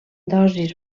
dosis